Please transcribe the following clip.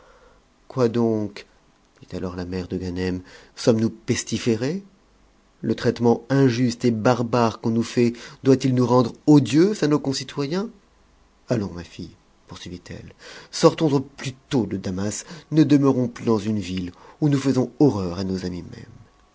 quoi donc dit alors la mère de ganem sommes-nous pestiférées le traitement injuste et barbare qu'on nous fait doit-il nous rendre odieuses à nos concitoyens allons ma fille poursuivit-elle sortons au plus tôt de damas ne demeurons plus dans une ville où nous faisons horreur à nos amis mêmes